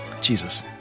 Jesus